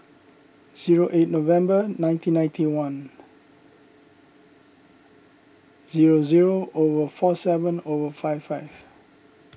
zero eight November nineteen ninety one zero zero over four seven over five five